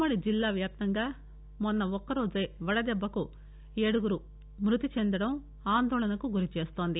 ఉమ్మడి జిల్లావ్యాప్తంగా మొన్న ఒక్కరోజే వడదెబ్బకు ఏడుగురు మ్బతిచెందడం ఆందోళనకు గురిచేస్తోంది